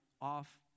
off